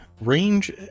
range